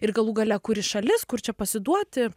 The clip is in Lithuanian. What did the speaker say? ir galų gale kuri šalis kur čia pasiduoti